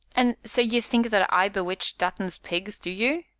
and so you think that i bewitched dutton's pigs, do you?